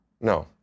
No